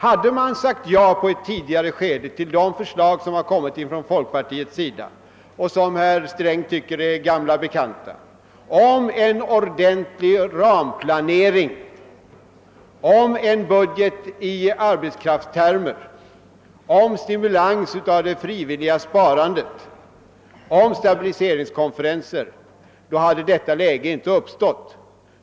Hade den under ett tidigare skede sagt ja till folkpartiets förslag, som herr Sträng tycker är gamla bekanta, om en ordentlig ramplanering, en budget i arbetskraftstermer, en stimulans av det frivilliga sparandet och om stabiliseringskonferenser, hade detta läge inte uppstått.